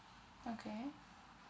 okay